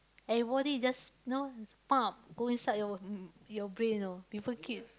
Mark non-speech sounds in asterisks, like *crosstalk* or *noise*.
everybody is just you know *noise* go inside your mm your brain you know people keep